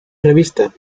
revista